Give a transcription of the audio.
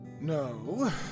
No